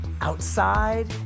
outside